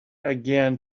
again